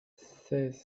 seize